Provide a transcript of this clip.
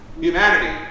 humanity